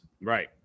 Right